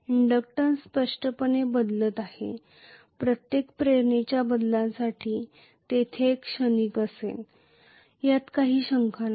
inductance स्पष्टपणे बदलत आहे प्रत्येक प्रेरणेच्या बदलांसाठी तेथे एक क्षणिक असेल यात काही शंका नाही